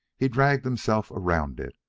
he dragged himself around it,